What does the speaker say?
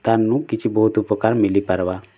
ତାନୁ କିଛି ବହୁତ ଉପକାର ମିଲି ପାର୍ବା